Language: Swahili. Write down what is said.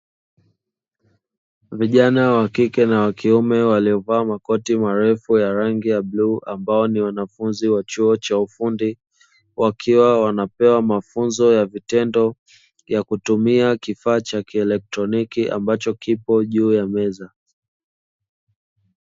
Vijana wa kike na wa kiume waliovaa makoti marefu ya rangi ya bluu ambao ni wanafunzi wa chuo cha ufundi, wakiwa wanapewa mafunzo ya vitendo ya kutumia kifaa cha kielektroniki ambacho kipo juu ya meza.